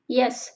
yes